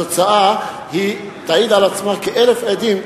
התוצאה תעיד על עצמה כאלף עדים,